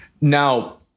Now